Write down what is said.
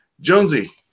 Jonesy